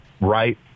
right